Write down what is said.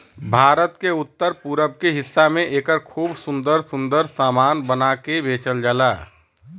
भारत के उत्तर पूरब के हिस्सा में एकर खूब सुंदर सुंदर सामान बना के बेचल जाला